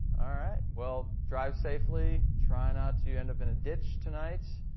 alright, well drive safely. try not to end up in a ditch tonight.